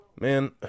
Man